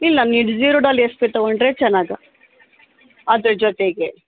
ಇಲ್ಲ ನೀವು ಜೀರೋಡಾಲ್ ಎಸ್ ಪಿ ತಗೊಂಡರೆ ಚೆನ್ನಾಗಿ ಅದ್ರ ಜೊತೆಗೆ